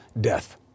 death